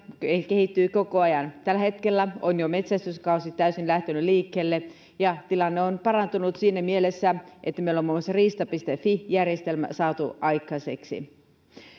kehittyy koko ajan tällä hetkellä on jo metsästyskausi täysin lähtenyt liikkeelle ja tilanne on parantunut siinä mielessä että meillä on muun muassa riista fi järjestelmä saatu aikaiseksi